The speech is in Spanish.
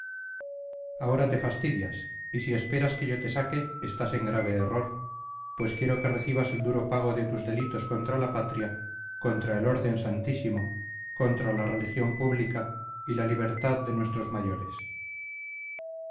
ahora te fastidias y si esperas que yo te saque estás en grave error pues quiero que recibas el duro pago de tus delitos contra la patria contra el orden santísimo contra la religión pública y la libertad de nuestros mayores